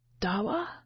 Dawa